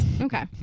Okay